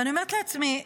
ואני אומרת לעצמי,